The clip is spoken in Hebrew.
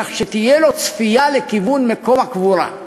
כך שתהיה לו יכולת צפייה לכיוון מקום הקבורה.